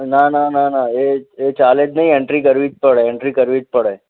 ના ના ના ના એ એ ચાલે જ નઇ એન્ટ્રી કરવી જ પડે એન્ટ્રી કરવી જ પડે